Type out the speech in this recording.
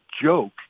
joke